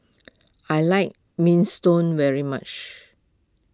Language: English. I like Minestrone very much